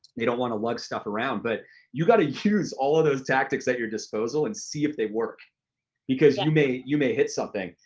they don't wanna lug stuff around, but you gotta use all of those tactics at your disposal and see if they work because you you may you may hit something.